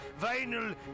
Vinyl